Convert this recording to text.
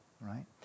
right